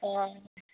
অঁ